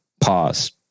pause